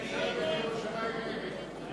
הצעת סיעת בל"ד להביע